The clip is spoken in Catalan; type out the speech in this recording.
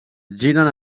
giren